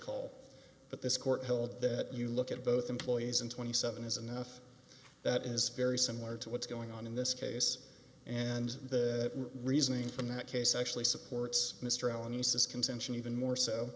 call but this court held that you look at both employees and twenty seven is enough that is very similar to what's going on in this case and that reasoning from that case actually supports mr allen he says contention even more so